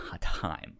time